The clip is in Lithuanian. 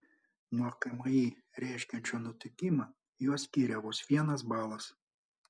nuo kmi reiškiančio nutukimą juos skiria vos vienas balas